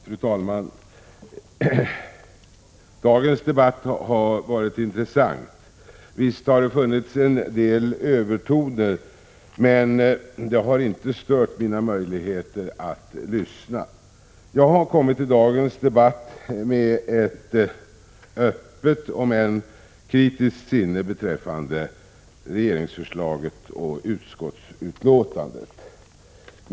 Fru talman! Dagens debatt har varit intressant. Visst har det hörts en del övertoner, men det har inte stört mina möjligheter att lyssna. Jag har kommit till denna debatt med ett öppet om än kritiskt sinne beträffande regeringsförslaget och utskottsbetänkandet.